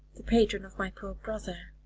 the patron of my poor brother.